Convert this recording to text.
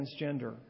transgender